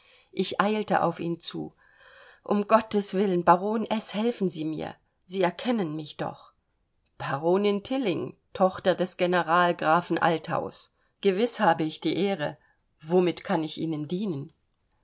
ich eilte auf ihn zu um gotteswillen baron s helfen sie mir sie erkennen mich doch baronin tilling tochter des general grafen althaus gewiß habe ich die ehre womit kann ich ihnen dienen